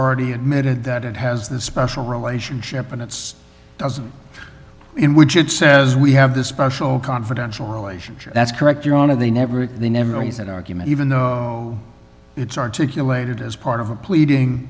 already admitted that it has the special relationship and its doesn't in which it says we have this special confidential relationship that's correct your honor they never would never use that argument even though it's articulated as part of a pleading